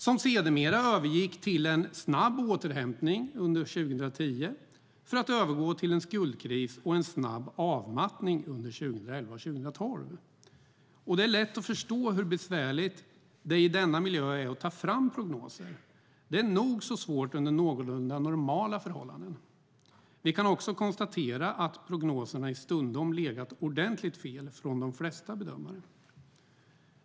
Den övergick sedermera till en snabb återhämtning under 2010 för att därefter övergå till en skuldkris och en snabb avmattning under 2011 och 2012. Det är lätt att förstå hur besvärligt det är att ta fram prognoser i denna miljö. Det är nog så svårt under någorlunda normala förhållanden. Vi kan också konstatera att prognoserna stundom legat ordentligt fel från de flesta bedömare.